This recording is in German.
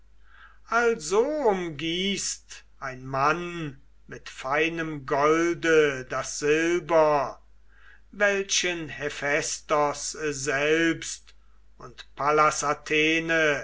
also umgießt ein mann mit feinem golde das silber welchen hephaistos selbst und pallas athene